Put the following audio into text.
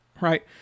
right